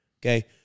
Okay